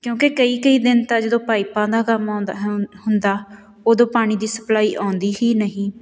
ਕਿਉਂਕਿ ਕਈ ਕਈ ਦਿਨ ਤਾਂ ਜਦੋਂ ਪਾਈਪਾਂ ਦਾ ਕੰਮ ਆਉਂਦਾ ਹੁੰ ਹੁੰਦਾ ਉਦੋਂ ਪਾਣੀ ਦੀ ਸਪਲਾਈ ਆਉਂਦੀ ਹੀ ਨਹੀਂ